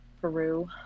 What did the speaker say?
Peru